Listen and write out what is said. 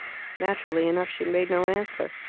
naturally enough she made no answer.